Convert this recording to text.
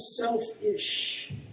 selfish